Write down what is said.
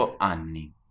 anni